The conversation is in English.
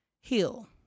Heal